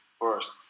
First